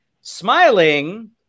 smiling